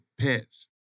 pets